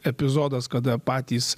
epizodas kada patys